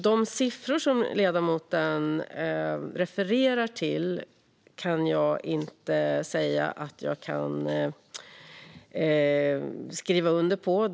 De siffror som ledamoten refererar till kan jag inte skriva under på.